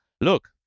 look